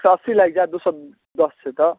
एक सओ अस्सी लागि जाएत दुइ सओ दस छै तऽ